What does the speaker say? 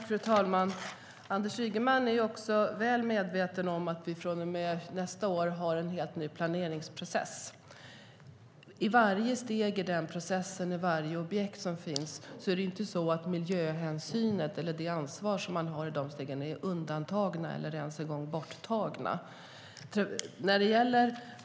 Fru talman! Anders Ygeman är väl medveten om att vi från och med nästa år har en helt ny planeringsprocess. I varje steg i processen och i varje objekt är ju miljöhänsynen och det ansvar man har i det avseendet inte på något sätt undantagna eller borttagna.